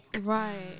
Right